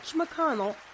McConnell